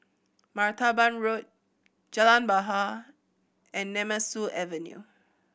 Martaban Road Jalan Bahar and Nemesu Avenue